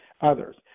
others